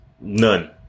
None